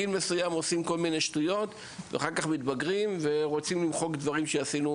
בגיל מסוים אנחנו עושים כל מיני שטויות ואחר כך רוצים למחוק זאת.